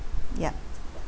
yup